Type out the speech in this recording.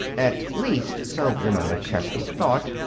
at least, so emma mcchesney thought,